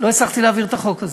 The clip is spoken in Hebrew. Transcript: לא הצלחתי להעביר את החוק הזה.